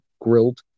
Grilled